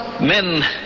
Men